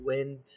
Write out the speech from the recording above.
Wind